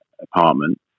apartment